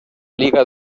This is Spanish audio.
liga